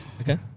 Okay